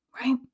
Right